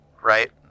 right